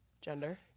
gender